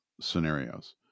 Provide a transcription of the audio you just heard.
scenarios